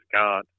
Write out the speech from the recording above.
God